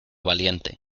valiente